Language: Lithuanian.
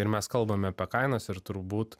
ir mes kalbame apie kainas ir turbūt